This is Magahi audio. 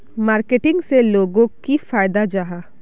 मार्केटिंग से लोगोक की फायदा जाहा?